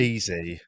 Easy